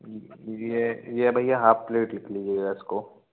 ये भइया half plate लिख लीजिएगा इसको